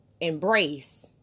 embrace